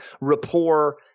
rapport